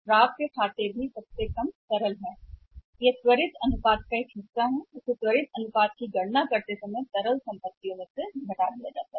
यह त्वरित अनुपात का एक हिस्सा था बीमार तरल संपत्तियों के हिस्से की गणना के लिए वर्तमान परिसंपत्तियों से घटाना कहने का एक हिस्सा था त्वरित अनुपात की गणना करते समय वर्तमान परिसंपत्तियों से घटाया जाए